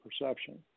perception